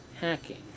hacking